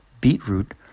beetroot